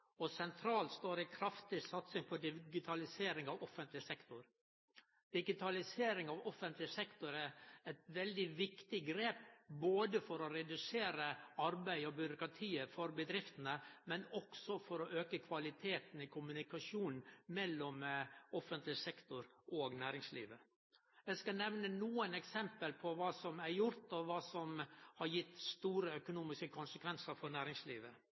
og sentralt står ei kraftig satsing på digitalisering av offentleg sektor. Digitalisering av offentleg sektor er eit veldig viktig grep, både for å redusere arbeidet og byråkratiet for bedriftene og for å auke kvaliteten i kommunikasjonen mellom offentleg sektor og næringslivet. Eg skal nemne nokre eksempel på kva som er gjort, og kva som har gitt store økonomiske konsekvensar for næringslivet: